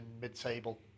mid-table